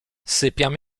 sypiam